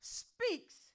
speaks